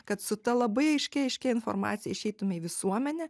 kad su ta labai aiškia aiškia informacija išeitume į visuomenę